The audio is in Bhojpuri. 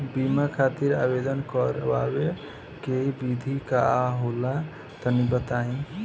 बीमा खातिर आवेदन करावे के विधि का होला तनि बताईं?